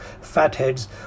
fatheads